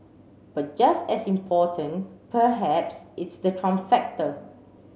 but just as important perhaps is the Trump factor